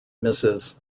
mrs